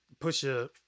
Pusha